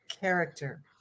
character